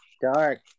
dark